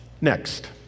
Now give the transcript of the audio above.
next